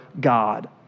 God